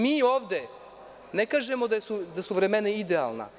Mi ovde ne kažemo da su vremena idealna.